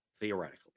Theoretically